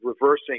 reversing